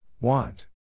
Want